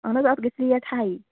اَہَن حظ اَتھ گَژھِ ریٹ ہاے